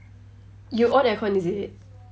you on the aircon is it